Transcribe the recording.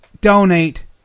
donate